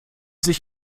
sich